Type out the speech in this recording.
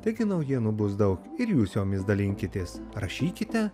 taigi naujienų bus daug ir jūs jomis dalinkitės rašykite